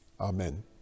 Amen